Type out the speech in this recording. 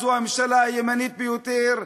זו הממשלה הימנית ביותר,